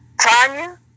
Tanya